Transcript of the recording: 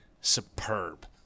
superb